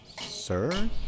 sir